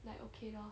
like okay lor